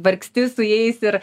vargsti su jais ir